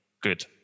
good